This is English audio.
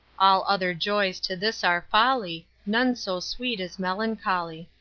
all other joys to this are folly, none so sweet as melancholy.